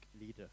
leader